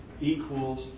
equals